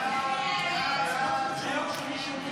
חברי הכנסת,